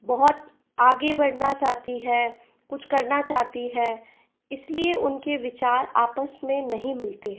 बहुत आगे बढ़ना चाहती है कुछ करना चाहती है इसलिए उनके विचार आपस में नहीं मिलते हैं